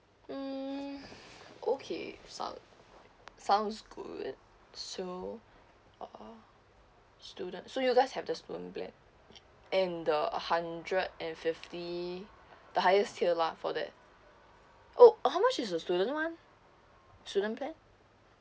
mm okay sound sounds good so uh student so you guys have the student plan and the hundred and fifty the highest tier lah for that oh how much is the student one student plan